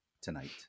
tonight